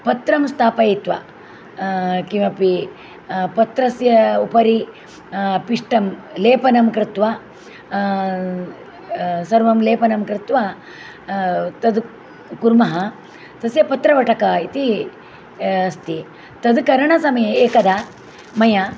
पत्रं स्थापयित्वा किमपि पत्रस्य उपरि पिष्टं लेपनं कृत्वा सर्वं लेपनं कृत्वा तत् कुर्मः तस्य पत्रवडका इति अस्ति तत् करणसमये एकदा मया